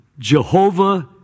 Jehovah